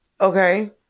okay